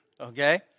okay